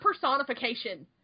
personification